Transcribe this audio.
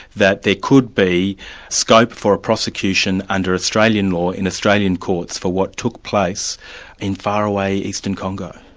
that there could be scope for a prosecution under australian law in australian courts for what took place in faraway eastern congo?